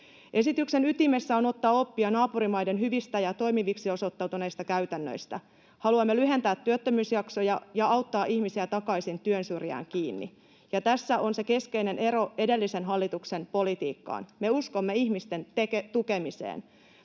Esityksen ytimessä on ottaa oppia naapurimaiden hyvistä ja toimiviksi osoittautuneita käytännöistä. Haluamme lyhentää työttömyysjaksoja ja auttaa ihmisiä takaisin työn syrjään kiinni, ja tässä on se keskeinen ero edellisen hallituksen politiikkaan: me uskomme ihmisten tukemiseen.